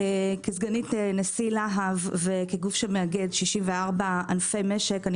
כסגנית נשיא להב וכגוף שמאגד 64 ענפי משק אני